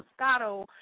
Moscato